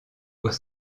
aux